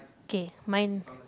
okay mine